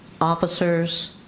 officers